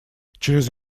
через